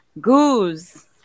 Goose